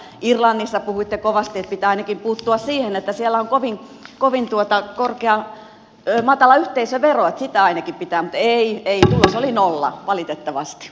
irlannista puhuitte kovasti että pitää ainakin puuttua siihen että siellä on kovin matala yhteisövero että sitä ainakin pitää muuttaa mutta ei ei tulos oli nolla valitettavasti